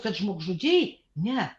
kad žmogžudžiai ne